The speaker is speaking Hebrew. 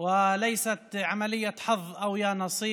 ולא במזל או לפי הגורל.